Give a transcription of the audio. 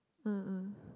uh um